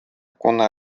конно